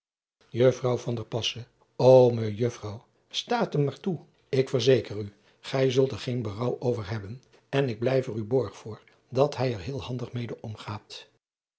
o ejuffrouw sta het hem maar toe k verzeker u gij zult er geen berouw over hebben en ik blijf er u borg voor dat hij er heel handig mede omgaat